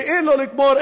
כאילו לגמור,